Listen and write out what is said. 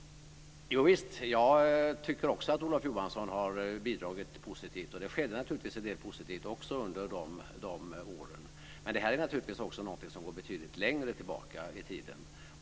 Jag tycker också att Olof Johansson har bidragit positivt. Det skedde naturligtvis en del positivt under de åren, men det går betydlig längre tillbaka i tiden.